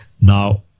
now